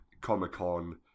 Comic-Con